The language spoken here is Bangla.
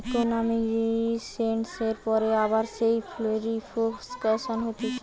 ইকোনোমিক রিসেসনের পরে আবার যেই রিফ্লেকশান হতিছে